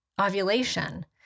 ovulation